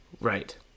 Right